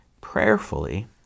prayerfully